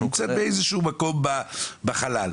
נמצאת באיזשהו מקום בחלל.